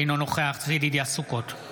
אינו נוכח צבי ידידיה סוכות,